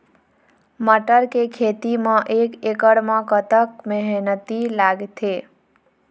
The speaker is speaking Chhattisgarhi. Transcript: मटर के खेती म एक एकड़ म कतक मेहनती लागथे?